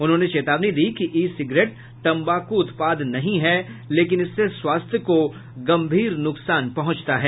उन्होंने चेतावनी दी कि ई सिगरेट तम्बाकू उत्पाद नहीं है लेकिन इससे स्वास्थ्य को गंभीर न्कसान पहुंचता है